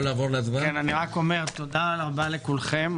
תודה רבה לכולכם.